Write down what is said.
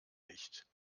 nicht